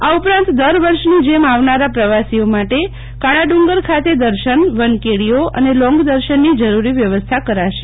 આ ઉપરાંત દર વર્ષની જેમ આવનારા પ્રવાસીઓ માટે કાળાડુંગર ખાતે દર્શન વનકેડીઓ અને લોંગદર્શનની જરૂરી વ્યવસ્થા કરાશે